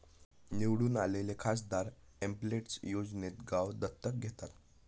निवडून आलेले खासदार एमपिलेड्स योजनेत गाव दत्तक घेतात